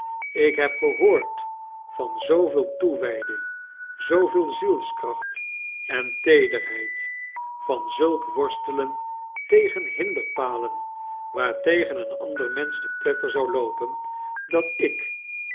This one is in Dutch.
ik heb geboord van zooveel toewijding zooveel zielskracht en teederheid van zulk worstelen tegen binderpalen waartegen een amder mensch te pletter zou loopen dat ik